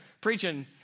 preaching